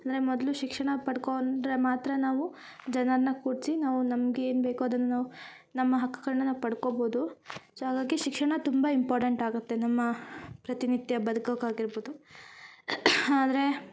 ಅಂದರೆ ಮೊದಲು ಶಿಕ್ಷಣ ಪಡ್ಕೊಂದ್ರೆ ಮಾತ್ರ ನಾವು ಜನಾನ ಕೂರಿಸಿ ನಾವು ನಮ್ಗ ಏನು ಬೇಕು ಅದನ್ನ ನಾವು ನಮ್ಮ ಹಕ್ಗಳ್ನ ನಾವು ಪಡ್ಕೊಬೋದು ಸೊ ಹಾಗಾಗಿ ಶಿಕ್ಷಣ ತುಂಬ ಇಂಪಾರ್ಟೆಂಟ್ ಆಗತ್ತೆ ನಮ್ಮ ಪ್ರತಿನಿತ್ಯ ಬದ್ಕೋಕ ಆಗಿರ್ಬೋದು ಆದರೆ